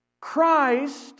Christ